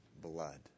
blood